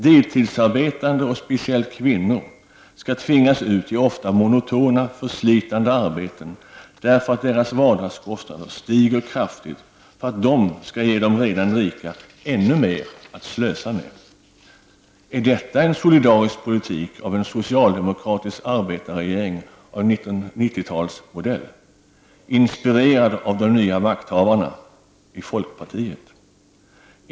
Deltidsarbetande, speciellt kvinnor, skall tvingas ut i ofta monotona, förslitande arbeten därför att deras vardagskostnader stiger kraftigt för att de skall ge de redan rika ännu mer att slösa med. Är detta en solidarisk politik av en socialdemokratisk arbetarregering av 90-talsmodell, inspirerad av de nya makthavarna folkpartiet?